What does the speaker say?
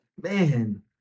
man